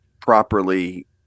properly